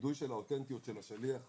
הווידוא של האותנטיות של השליח הזה,